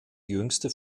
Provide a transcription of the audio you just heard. jüngste